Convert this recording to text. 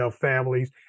families